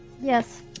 Yes